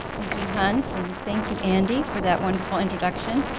thank you, hunt. and thank you, andy, for that wonderful introduction.